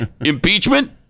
Impeachment